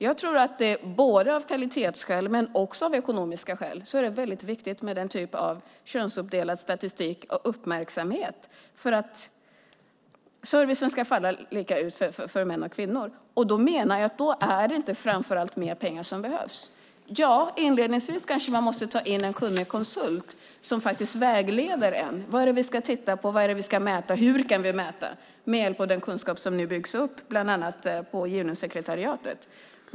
Jag tror att det både av kvalitetsskäl och av ekonomiska skäl är viktigt med denna typ av könsuppdelad statistik och uppmärksamhet för att servicen ska falla ut likadant för män och kvinnor. Då menar jag att det inte är framför allt mer pengar som behövs. Inledningsvis kanske man måste ta in en kunnig konsult som vägleder en: Vad är det vi ska titta på? Vad är det vi ska mäta? Hur kan vi mäta? Det kan man göra med hjälp av den kunskap som nu byggs upp bland annat på Genussekretariatet.